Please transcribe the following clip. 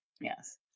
Yes